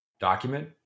document